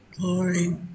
Glory